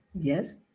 yes